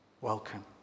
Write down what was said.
Welcome